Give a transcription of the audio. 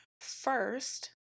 first